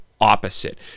opposite